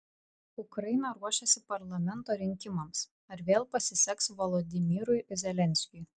ukraina ruošiasi parlamento rinkimams ar vėl pasiseks volodymyrui zelenskiui